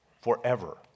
forever